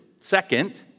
Second